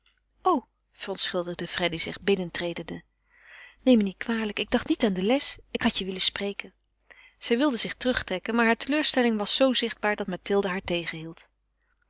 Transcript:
o verontschuldigde freddy zich binnentredende neem me niet kwalijk ik dacht niet aan de les ik had je willen spreken zij wilde zich terugtrekken maar hare teleurstelling was zoo zichtbaar dat mathilde haar